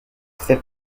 très